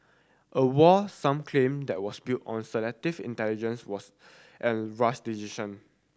a war some claim that was built on selective intelligence was and rash decision